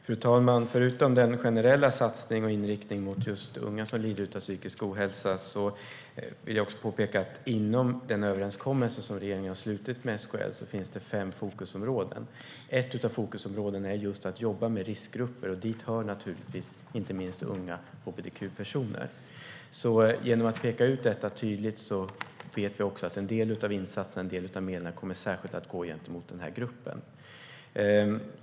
Fru talman! Förutom den generella satsning och inriktning mot unga som lider av psykisk ohälsa finns det fem fokusområden i den överenskommelse som regeringen har slutit med SKL. Ett av dessa fokusområden är att jobba med riskgrupper, och dit hör inte minst unga hbtq-personer. Genom att peka ut detta tydligt vet vi att en del av medlen och insatserna kommer att gå till denna grupp.